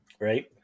right